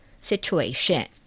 situation